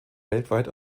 weltweit